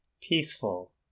peaceful